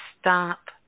stop